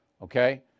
Okay